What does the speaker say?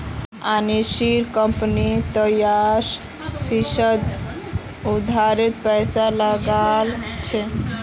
अनीशार कंपनीत पैंतीस फीसद उधारेर पैसा लागिल छ